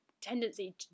tendency